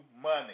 money